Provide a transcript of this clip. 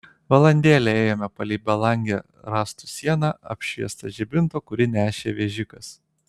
valandėlę ėjome palei belangę rąstų sieną apšviestą žibinto kurį nešė vežikas